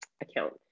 account